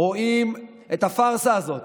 רואים את הפארסה הזאת,